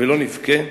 ולא נבכה?